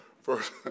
first